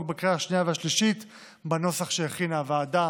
בקריאה השנייה והשלישית בנוסח שהכינה הוועדה.